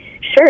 Sure